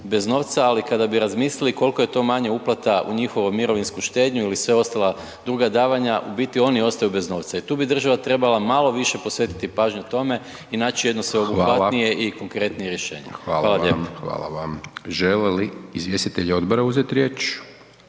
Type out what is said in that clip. bez novca ali kada bi razmislili koliko je to manje uplata u njihovu mirovinsku štednju ili sva ostala druga davanja, u biti oni ostaju bez novca i tu bi država trebala malo više posvetiti pažnje tome i naći jedno sveobuhvatnije i konkretnije rješenje. Hvala lijepo. **Hajdaš Dončić, Siniša